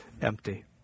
empty